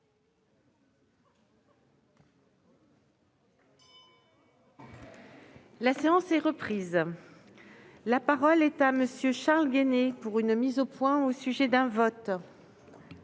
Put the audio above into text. La séance est reprise. La parole est à M. Charles Guené, pour une mise au point au sujet d'un vote.